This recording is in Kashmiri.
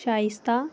شایِستا